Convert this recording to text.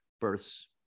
births